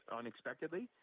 unexpectedly